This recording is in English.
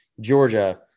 Georgia